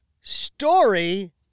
Story